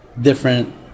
different